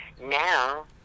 Now